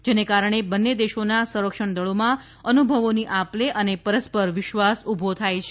જેને કારણે બંને દેશોના સંરક્ષણ દળોમાં અનુભવોની આપલે અને પરસ્પર વિશ્વાસ ઊભો થાય છે